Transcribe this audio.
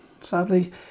sadly